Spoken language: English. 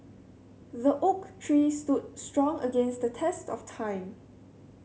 the oak tree stood strong against the test of time